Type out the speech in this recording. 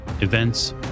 events